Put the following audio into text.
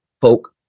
folk